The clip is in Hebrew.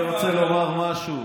אני רוצה לומר משהו.